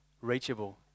reachable